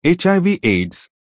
HIV-AIDS